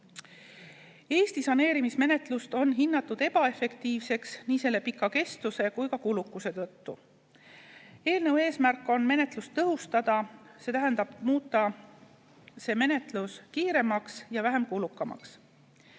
Eesti saneerimismenetlus on hinnatud ebaefektiivseks nii selle pika kestuse kui ka kulukuse tõttu. Eelnõu eesmärk on menetlust tõhustada, see tähendab muuta see kiiremaks ja vähem kulukaks.